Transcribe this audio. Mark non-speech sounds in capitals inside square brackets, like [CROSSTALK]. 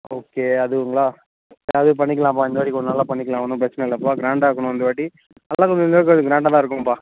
okay அதுவுங்களாக அது பண்ணிக்கலாம்ப்பா இந்தமாதிரி ஒரு நாள் பண்ணிக்கலாம் ஒன்றும் பிரச்சனை இல்லைப்பா க்ராண்டாக இருக்கணும் இந்த வாட்டி [UNINTELLIGIBLE] மாதிரி கொஞ்சம் க்ராண்டாகதான் இருக்கணும்ப்பா